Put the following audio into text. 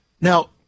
Now